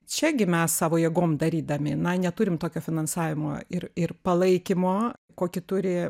čia gi mes savo jėgom darydami na neturim tokio finansavimo ir ir palaikymo kokį turi